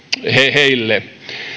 heille